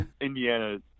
Indiana